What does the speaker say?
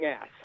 ass